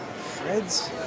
Fred's